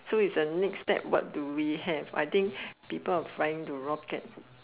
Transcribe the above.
so it's a next step what do we have I think people are trying to rocket